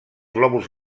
glòbuls